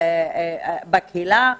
רופאי קהילה,